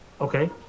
Okay